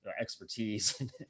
expertise